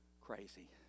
crazy